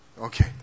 Okay